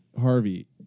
Harvey